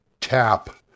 tap